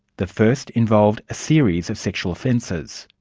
the first involved a series of sexual offences.